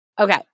Okay